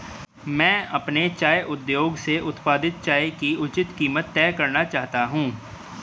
मैं अपने चाय उद्योग से उत्पादित चाय की उचित कीमत तय करना चाहता हूं